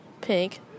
Pink